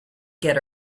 get